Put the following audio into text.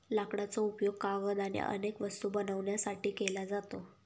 लाकडाचा उपयोग कागद आणि अनेक वस्तू बनवण्यासाठी केला जातो